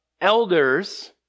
elders